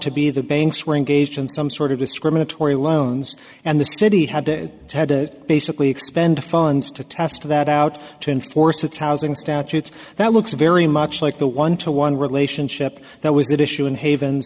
to be the banks were engaged in some sort of discriminatory loans and the city had had to basically expend funds to test that out to enforce its housing statutes that looks very much like the one to one relationship that was that issue in haven